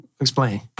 Explain